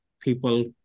people